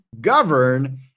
govern